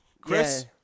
Chris